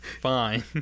fine